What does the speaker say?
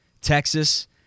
Texas